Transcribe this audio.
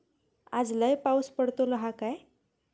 आज लय पाऊस पडतलो हा काय?